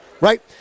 right